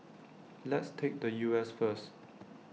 let's take the U S first